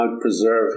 preserve